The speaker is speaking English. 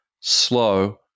slow